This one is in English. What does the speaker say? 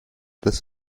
this